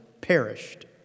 perished